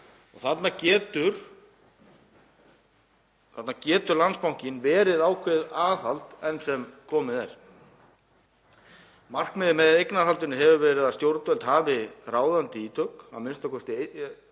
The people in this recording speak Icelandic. Þarna getur Landsbankinn verið ákveðið aðhald enn sem komið er. Markmiðið með eignarhaldinu hefur verið að stjórnvöld hafi ráðandi ítök í a.m.k.